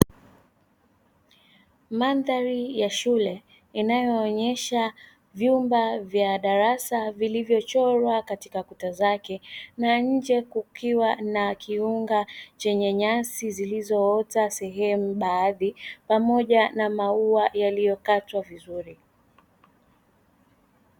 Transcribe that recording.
Mandhari ya shule inayoonyesha vyumba vya darasa vilivyochorwa katika kuta zake, na nje kukiwa na kiunga chenye nyasi zilizoota sehemu baadhi pamoja na maua yaliyokatwa vizuri.